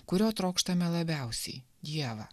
kurio trokštame labiausiai dievą